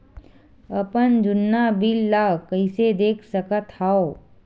अपन जुन्ना बिल ला कइसे देख सकत हाव?